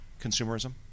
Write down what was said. consumerism